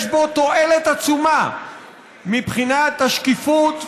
יש בו תועלת עצומה מבחינת השקיפות,